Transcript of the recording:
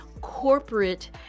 corporate